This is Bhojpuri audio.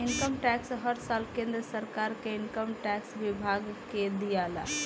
इनकम टैक्स हर साल केंद्र सरकार के इनकम टैक्स विभाग के दियाला